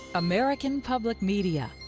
american public media,